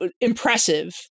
impressive